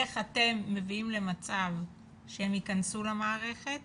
איך אתם מביאים למצב שהם ייכנסו למערכת